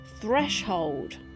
threshold